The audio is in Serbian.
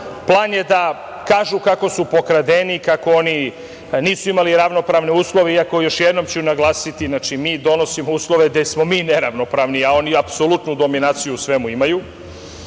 plan. Plan je da kažu kako su pokradeni, kako oni nisu imali ravnopravne uslove, iako ću još jednom naglasiti da mi donosimo uslove gde smo mi neravnopravni a oni apsolutnu dominaciju u svemu imaju. Ali,